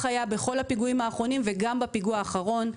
היה בכל הפיגועים האחרונים וגם בפיגוע האחרון.